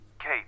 Kate